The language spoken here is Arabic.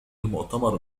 المؤتمر